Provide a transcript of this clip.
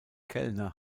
kellner